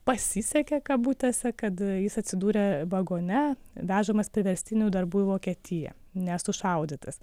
pasisekė kabutėse kad jis atsidūrė vagone vežamas priverstinių darbų į vokietiją nesušaudytas